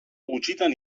gutxitan